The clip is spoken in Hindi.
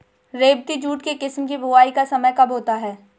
रेबती जूट के किस्म की बुवाई का समय कब होता है?